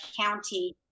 County